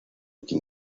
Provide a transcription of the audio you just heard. quien